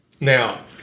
Now